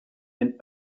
and